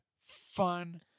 fun